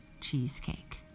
cheesecake